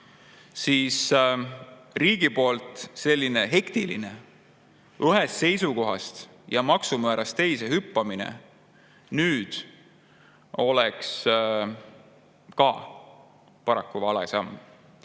et] riigi selline hektiline ühest seisukohast ja maksumäärast teise hüppamine oleks ka paraku vale samm.